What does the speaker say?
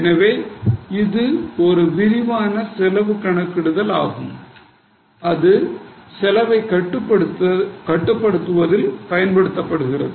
எனவே இது ஒரு விரிவான செலவு கணக்கிடுதல் ஆகும் இது செலவை கட்டுப்படுத்துவதில் பயன்படுத்தப்படுகிறது